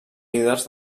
líders